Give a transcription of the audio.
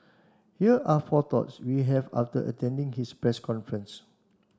here are four thoughts we have after attending his press conference